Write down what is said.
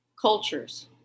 cultures